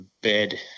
bed